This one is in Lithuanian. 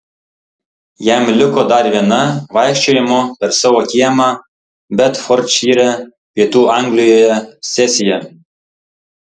jam liko dar viena vaikščiojimo per savo kiemą bedfordšyre pietų anglijoje sesija